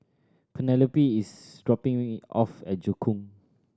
Penelope is dropping me off at Joo Koon